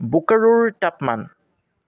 বোকাৰোৰ তাপমান